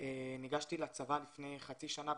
ניגשתי לצבא לפני חצי שנה,